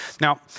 Now